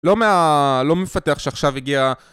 לא מפתח שעכשיו הגיע...